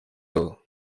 todo